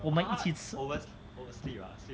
我们一起吃